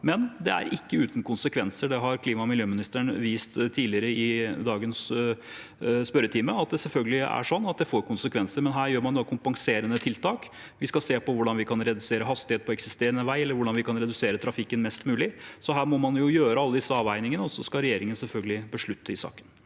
men det er ikke uten konsekvenser. Det har klimaog miljøministeren vist tidligere i dagens spørretime, at det selvfølgelig er sånn at det får konsekvenser. Men her gjør man kompenserende tiltak. Vi skal se på hvordan vi kan redusere hastighet på eksisterende vei, og hvordan vi kan redusere trafikken mest mulig. Her må man gjøre alle disse avveiningene, og så skal regjeringen selvfølgelig beslutte i saken.